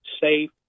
safe